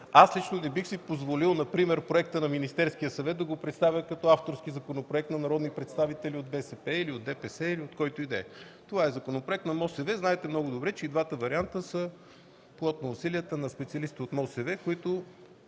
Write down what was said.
Лично аз не бих си позволил например Проекта на Министерския съвет да го представя като авторски законопроект на народни представители от БСП или от ДПС, или от който и да е. Това е законопроект на МОСВ. Знаете много добре, че и двата варианта са плод на усилията на специалисти от МОСВ, които